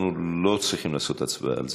אנחנו לא צריכים להצביע על זה.